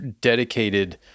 dedicated